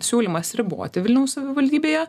siūlymas riboti vilniaus savivaldybėje